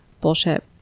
bullshit